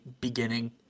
beginning